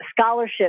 scholarship